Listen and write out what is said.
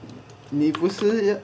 你不是